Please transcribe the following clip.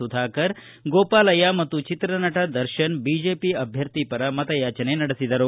ಸುಧಾಕರ್ ಗೋಪಾಲಯ್ಯ ಮತ್ತು ಚಿತ್ರನಟ ದರ್ಶನ್ ಬಿಜೆಪಿ ಅಭ್ಯರ್ಥಿ ಪರ ಮತ ಯಾಚನೆ ನಡೆಸಿದರು